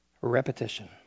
Repetition